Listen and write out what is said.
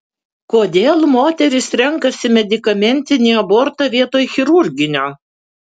kodėl moterys renkasi medikamentinį abortą vietoj chirurginio